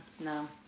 No